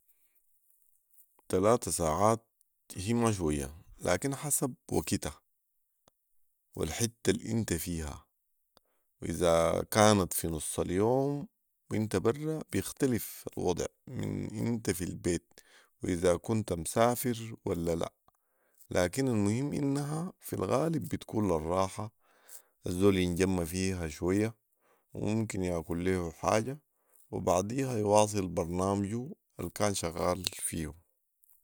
تلاته ساعات هي ما شويه ،لكن حسب وكتها والحته الانت فيها واذا كانت في نص اليوم وانت بره بيختلف الوضع من انت في البيت واذا كنت مسافر ولا لا ، لكن المهم انها في الغالب بتكون للراحه الزول ينجم فيها شويه وممكن ياكل ليه حاجه وبعديها يواصل برنامجو الكان شغال فيو